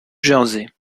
jersey